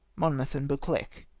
monmouth and buccleuch.